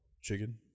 Chicken